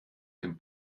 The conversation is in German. dem